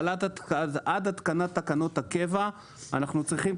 אבל עד התקנת תקנות הקבע אנחנו צריכים את